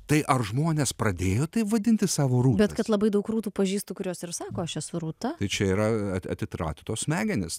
tai ar žmonės pradėjo taip vadinti savo rūtas labai daug rūtų pažįstu kurios ir sako aš esu rūta čia yra atitratytos smegenys